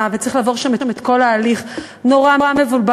וצריך לעבור שם את כל ההליך הוא נורא מבולבל,